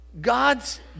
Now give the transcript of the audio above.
God's